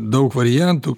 daug variantų